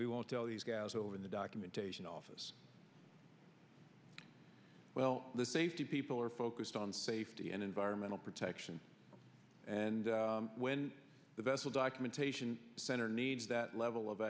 we won't tell these guys over in the documentation office well the safety people are focused on safety and environmental protection and when the vessel documentation center needs that level of